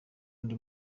undi